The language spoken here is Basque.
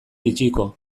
itxiko